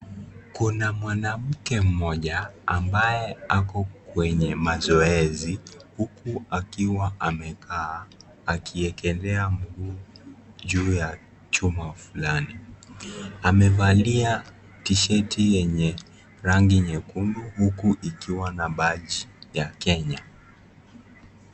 Kuna mwanamke mmoja ambaye ako kwenye mazoezi huku akiwa amekaa akiekelea mguu juu ya chuma fulani, amevalia tisheti yenye rangi nyekundu huku ikiwa na baji ya Kenya.